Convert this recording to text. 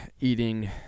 eating